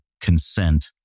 consent